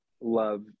love